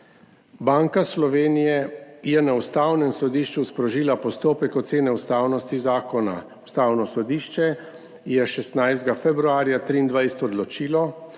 Banka Slovenije je na Ustavnem sodišču sprožila postopek ocene ustavnosti zakona. Ustavno sodišče je 16. februarja 2023 odločilo,